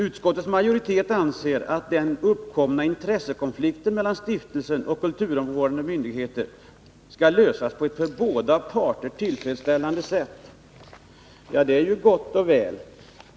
Utskottets majoritet anser att man skall kunna lösa ”den uppkomna intressekonflikten mellan stiftelse och kulturvårdande myndigheter på ett för båda parter tillfredsställande sätt”. Det är gott och väl.